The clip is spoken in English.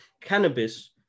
Cannabis